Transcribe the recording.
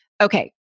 okay